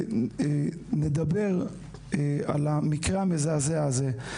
נדבר על המקרה המזעזע הזה,